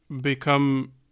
become